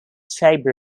fiber